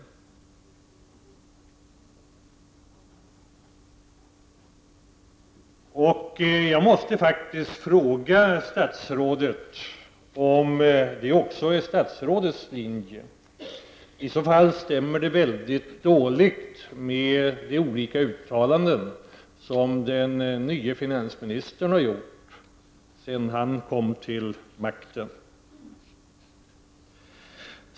Jag måste faktiskt fråga statsrådet om detta också är hennes linje. I så fall stämmer det väldigt dåligt med de olika uttalanden som den nye finansministern gjort sedan han kom till makten.